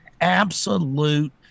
absolute